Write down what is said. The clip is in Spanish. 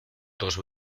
dos